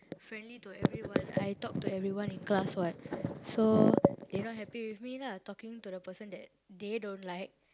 friendly to everyone I talk to everyone in class [what] so they not happy with me lah talking to the person that they don't like